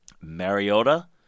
Mariota